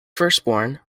firstborn